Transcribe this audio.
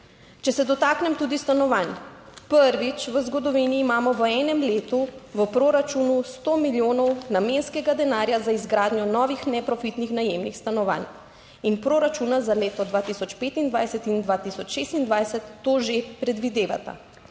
Če se dotaknem tudi stanovanj, prvič v zgodovini imamo v enem letu v proračunu sto milijonov namenskega denarja za izgradnjo novih neprofitnih najemnih stanovanj in proračuna za leto 2025 in 2026 to že predvidevata.